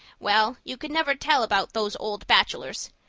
well, you can never tell about those old bachelors.